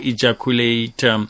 Ejaculate